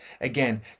again